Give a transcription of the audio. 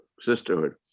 sisterhood